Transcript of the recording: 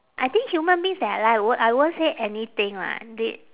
I think human beings that alive w~ I won't say anything lah they